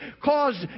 caused